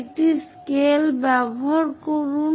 একটি স্কেল ব্যবহার করুন